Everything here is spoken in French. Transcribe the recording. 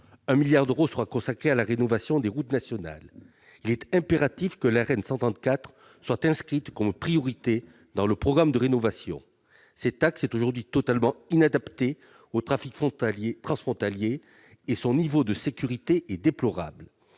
milliard d'euros sera consacré à la rénovation des routes nationales. Il est impératif que la RN 134 soit inscrite comme une priorité dans le programme de rénovation. Cet axe est aujourd'hui totalement inadapté au trafic transfrontalier et son niveau de sécurité est déplorable.